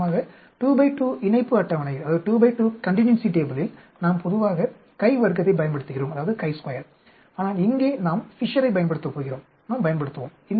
நிச்சயமாக 2 பை 2 இணைப்பு அட்டவணையில் நாம் பொதுவாக கை வர்க்கத்தைப் பயன்படுத்துகிறோம் ஆனால் இங்கே நாம் ஃபிஷரைப் பயன்படுத்தப் போகிறோம் நாம் பயன்படுத்துவோம்